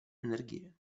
energie